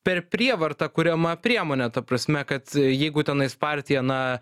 per prievartą kuriama priemonė ta prasme kad jeigu tenais partija na